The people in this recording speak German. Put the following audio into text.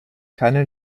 keine